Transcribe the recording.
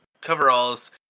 coveralls